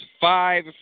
five